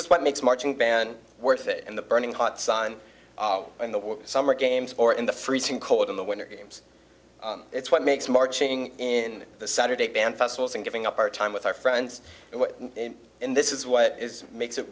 is what makes marching band worth it and the burning hot sun in the summer games or in the freezing cold in the winter games it's what makes marching in the saturday band festivals and giving up our time with our friends and what in this is what is makes it